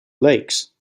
lakes